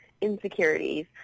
insecurities